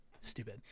stupid